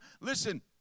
Listen